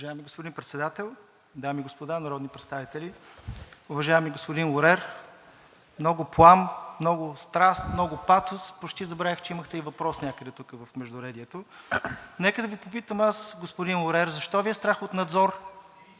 Уважаеми господин Председател, дами и господа народни представители! Уважаеми господин Лорер, много плам, много страст, много патос – почти забравих, че имате и въпрос, някъде тук в междуредието. Нека да Ви попитам аз, господин Лорер, защо Ви е страх от надзор?